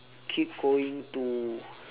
keep going to